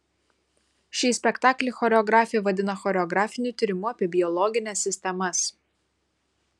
šį spektaklį choreografė vadina choreografiniu tyrimu apie biologines sistemas